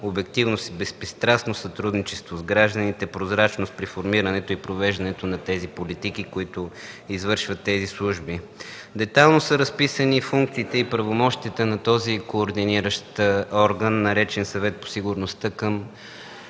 обективност и безпристрастност, сътрудничество с гражданите, прозрачност при формирането и провеждането на тези политики, които извършват тези служби. Детайлно са разписани и функциите, и правомощията на този координиращ орган, наречен „Съвет по сигурността” към